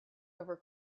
over